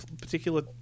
particular